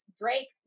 Drake